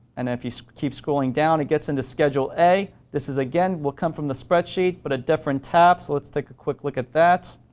and if you keep scrolling down, it gets in the schedule a. this again will come from the spreadsheet but a different tab, so let's take a quick look at that.